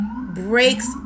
breaks